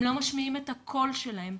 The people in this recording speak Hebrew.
הם לא משמיעים את הקול שלהם.